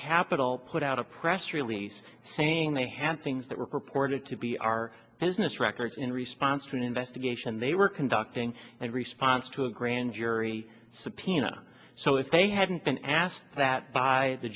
capital put out a press release saying they had things that were purported to be our business records in response to an investigation they were conducting and response to a grand jury subpoena so if they hadn't been asked that by the